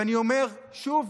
ואני אומר שוב,